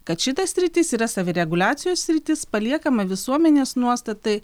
kad šita sritis yra savireguliacijos sritis paliekama visuomenės nuostatai